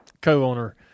co-owner